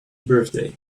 birthday